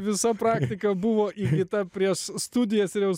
visa praktika buvo įvykdyta prieš studijas ir jos